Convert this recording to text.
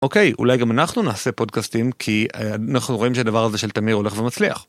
אוקיי אולי גם אנחנו נעשה פודקאסטים כי אנחנו רואים שהדבר הזה של תמיר הולך ומצליח.